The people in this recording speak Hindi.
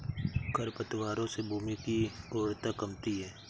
खरपतवारों से भूमि की उर्वरता कमती है